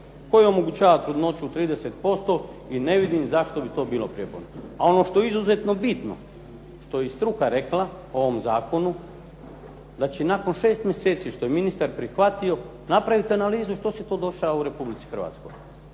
koji omogućava trudnoću 30% i ne vidim zašto bi to bilo prijeporno. A ono što je izuzetno bitno što je i struka rekla o ovom zakonu, da će nakon 6 mjeseci što je ministar prihvatio napraviti analizu što se to dešava u Republici Hrvatskoj